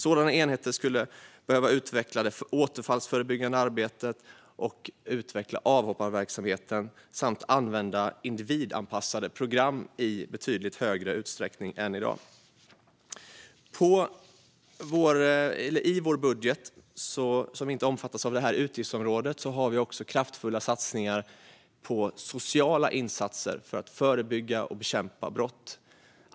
Sådana enheter skulle behövas för att utveckla det återfallsförebyggande arbetet, utveckla avhopparverksamheten samt använda individanpassade program i betydligt större utsträckning än i dag. I vår budget har vi kraftfulla satsningar, som inte omfattas av det här området, på sociala insatser för att förebygga och bekämpa brott.